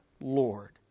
Lord